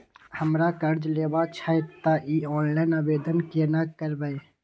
हमरा कर्ज लेबा छै त इ ऑनलाइन आवेदन केना करबै?